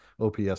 OPS